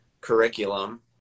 curriculum